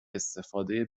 استفاده